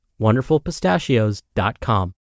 WonderfulPistachios.com